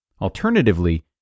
Alternatively